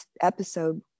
episode